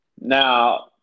Now